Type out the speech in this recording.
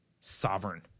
sovereign